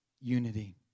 unity